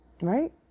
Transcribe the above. Right